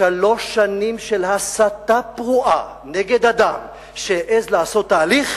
שלוש שנים של הסתה פרועה נגד אדם שהעז לעשות תהליך